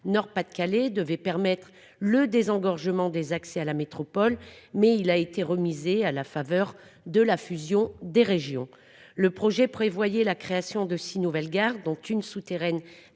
Nord-Pas-de-Calais devait permettre le désengorgement des accès à la métropole, mais il a été remisé à la faveur de la fusion des régions. Il prévoyait la création de six nouvelles gares, dont une gare souterraine